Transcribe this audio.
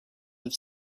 have